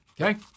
Okay